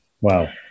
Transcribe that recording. Wow